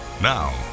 now